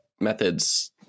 methods